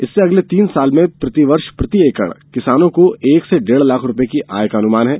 इससे अगले तीन साल में प्रति वर्ष प्रति एकड़ किसानों को एक से डेढ़ लाख रुपए की आय का अनुमान है